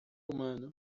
humano